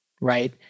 right